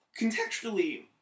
contextually